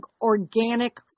organic